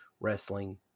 wrestling